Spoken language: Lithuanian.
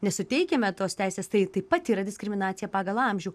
nesuteikiame tos teisės tai taip pat yra diskriminacija pagal amžių